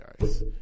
guys